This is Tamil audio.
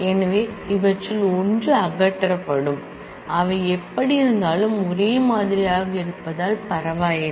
எனவே அவற்றில் ஒன்று அகற்றப்படும் அவை எப்படியிருந்தாலும் ஒரே மாதிரியாக இருப்பதால் பரவாயில்லை